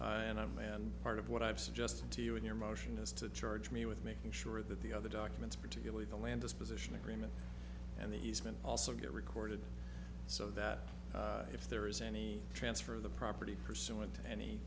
and i man part of what i've suggested to you in your motion is to charge me with making sure that the other documents particularly the land disposition agreement and the easement also get recorded so that if there is any transfer of the property pursuant to any